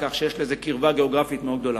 כך שיש לזה קרבה גיאוגרפית מאוד גדולה.